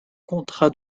contrats